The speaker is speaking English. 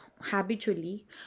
habitually